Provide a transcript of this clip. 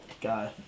Go